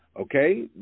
Okay